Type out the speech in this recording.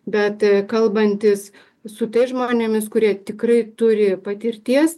bet kalbantis su tais žmonėmis kurie tikrai turi patirties